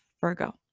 Virgo